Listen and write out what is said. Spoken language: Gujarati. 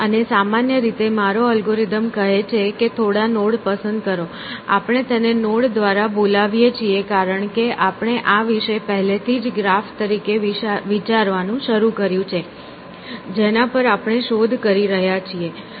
અને સામાન્ય રીતે મારો અલ્ગોરિધમ કહે છે કે થોડા નોડ પસંદ કરો આપણે તેને નોડ દ્વારા બોલાવીએ છીએ કારણ કે આપણે આ વિશે પહેલેથી જ ગ્રાફ તરીકે વિચારવાનું શરૂ કર્યું છે જેના પર આપણે શોધ કરી રહ્યા છીએ